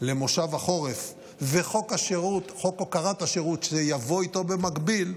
למושב החורף וחוק הוקרת השירות שיבוא איתו במקביל,